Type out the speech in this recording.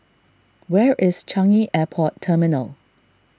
where is Changi Airport Terminal